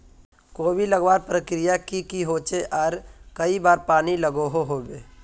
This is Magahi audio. कोबी लगवार प्रक्रिया की की होचे आर कई बार पानी लागोहो होबे?